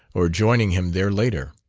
or joining him there later.